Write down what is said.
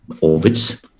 orbits